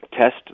test